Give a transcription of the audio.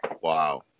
Wow